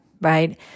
right